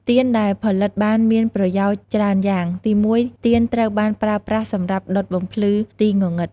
ទៀនដែលផលិតបានមានប្រយោជន៍ច្រើនយ៉ាង ទីមួយ ទៀនត្រូវបានប្រើប្រាស់សម្រាប់ដុតបំភ្លឺទីងងឹត។